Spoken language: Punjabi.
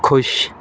ਖੁਸ਼